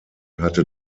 hatte